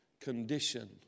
condition